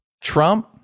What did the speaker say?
trump